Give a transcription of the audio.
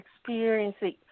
experiencing